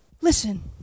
Listen